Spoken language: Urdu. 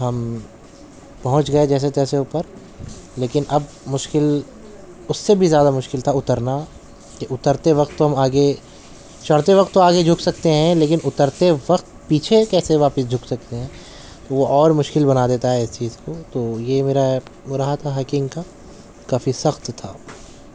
ہم پہنچ گئے جیسے تیسے اوپر لیکن اب مشکل اس سے بھی زیادہ مشکل تھا اترنا کہ اترتے وقت تو ہم آگے چڑھتے وقت تو آگے جھک سکتے ہیں لیکن اترتے وقت پیچھے کیسے واپس جھک سکتے ہیں وہ اور مشکل بنا دیتا ہے اس چیز کو تو یہ میرا وہ رہا تھا ہیکنگ کا کافی سخت تھا